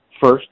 first